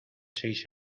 seis